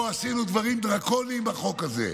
פה עשינו דברים דרקוניים בחוק הזה,